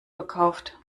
gekauft